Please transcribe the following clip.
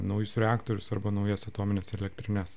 naujus reaktorius arba naujas atomines elektrines